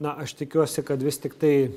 na aš tikiuosi kad vis tiktai